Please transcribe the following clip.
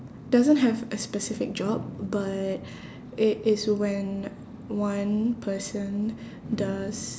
doesn't have a specific job but it is when one person does